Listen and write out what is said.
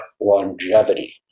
longevity